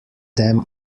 them